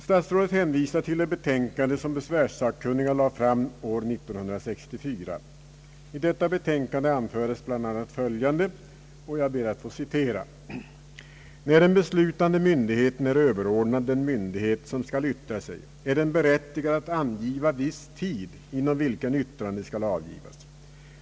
Statsrådet hänvisar till det betänkande som besvärssakkunniga lade fram år 1964. I detta anföres bl.a. följande: »När den beslutande myndigheten är överordnad den myndighet, som skall yttra sig, är den berättigad att angiva viss tid, inom vilken yttrande skall avgivas.